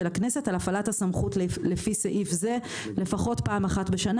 הכנסת על הפעלת הסמכות לפי סעיף זה לפחות פעם אחת בשנה.